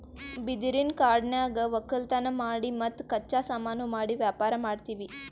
ಬಿದಿರಿನ್ ಕಾಡನ್ಯಾಗ್ ವಕ್ಕಲತನ್ ಮಾಡಿ ಮತ್ತ್ ಕಚ್ಚಾ ಸಾಮಾನು ಮಾಡಿ ವ್ಯಾಪಾರ್ ಮಾಡ್ತೀವಿ